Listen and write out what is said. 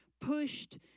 pushed